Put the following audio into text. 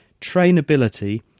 trainability